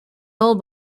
all